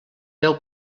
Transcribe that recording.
deu